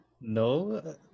No